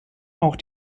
auch